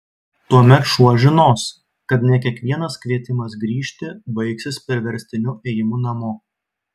tuomet šuo žinos kad ne kiekvienas kvietimas grįžti baigsis priverstiniu ėjimu namo